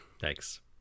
thanks